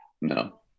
No